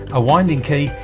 a winding key,